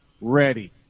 ready